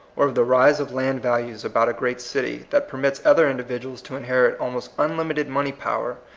or of the rise of land values about a great city, that permits other individuals to inherit almost unlimited money power,